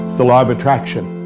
the law of attraction.